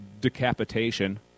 decapitation